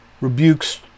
rebukes